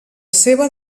seva